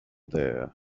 there